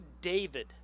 David